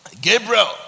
Gabriel